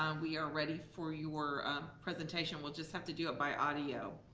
um we are ready for your ah presentation. we'll just have to do it by audio.